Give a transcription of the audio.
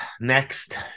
next